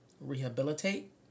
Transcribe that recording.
rehabilitate